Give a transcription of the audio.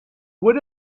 would